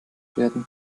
werden